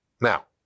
Now